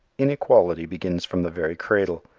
inequality begins from the very cradle.